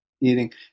eating